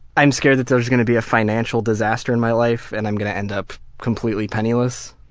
i'm scared that there's gonna be a financial disaster in my life and i'm gonna end up completely penniless.